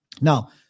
Now